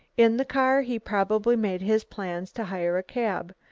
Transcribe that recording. in the car he probably made his plans to hire a cab.